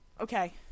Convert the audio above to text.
Okay